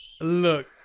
look